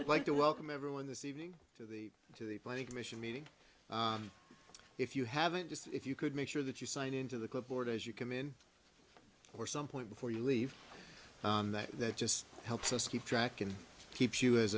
i'd like to welcome everyone this evening to the to the planning commission meeting if you haven't just if you could make sure that you sign into the clipboard as you come in or some point before you leave that that just helps us keep track and keep